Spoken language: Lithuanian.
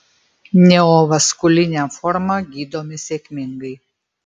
neovaskulinę formą gydome sėkmingai